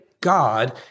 God